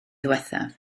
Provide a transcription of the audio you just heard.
ddiwethaf